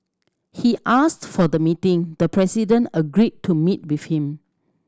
he asked for the meeting the president agreed to meet with him